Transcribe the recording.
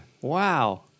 Wow